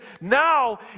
Now